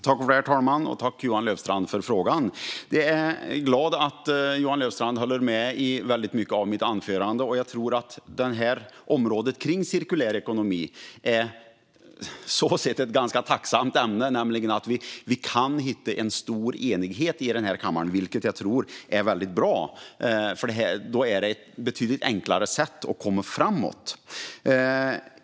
Herr talman! Jag tackar Johan Löfstrand för frågan. Jag är glad att Johan Löfstrand höll med om mycket i mitt anförande. Området som rör cirkulär ekonomi är ett tacksamt ämne, därför att vi här i kammaren kan hitta en stor enighet. Det är bra och innebär ett enklare sätt att komma framåt.